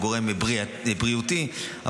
גורם בריאותי,